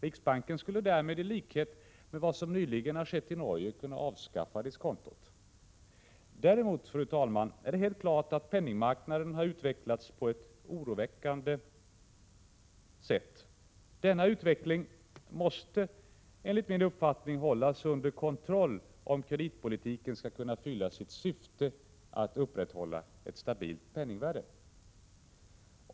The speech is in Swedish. Riksbanken skulle därmed i likhet med vad som nyligen har skett i Norge kunna avskaffa diskontot. Däremot, fru talman, är det helt klart att penningmarknaden har utvecklats på ett oroväckande sätt. Denna utveckling måste enligt min uppfattning hållas under kontroll, om kreditpolitiken skall kunna fylla sitt syfte att upprätthålla ett stabilt penningvärde.